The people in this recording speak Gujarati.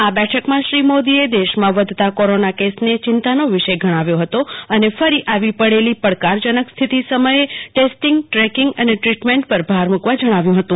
આ બેઠકમાં શ્રી મોદીએ દેશમાં વધતા કોરોના કેસને ચિંતાનો વિષય ઘનાવ્યો હતો અને ફરી આવી પડેલી પડકારજનક સ્થિતિ સમયે ટેસ્ટીંગ ટ્રેકિંગ અને ટ્રીટમેન્ટ પર ભાર મુકવા જણાવ્યું હતું